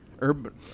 Urban